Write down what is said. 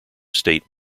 state